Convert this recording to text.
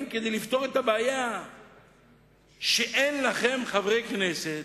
כדי לפתור את הבעיה שאין לכם חברי כנסת,